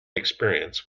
experience